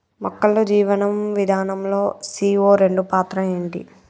మొక్కల్లో జీవనం విధానం లో సీ.ఓ రెండు పాత్ర ఏంటి?